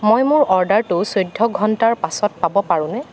মই মোৰ অৰ্ডাৰটো চৈধ্য ঘণ্টাৰ পাছত পাব পাৰোঁনে